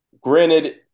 Granted